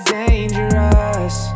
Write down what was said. dangerous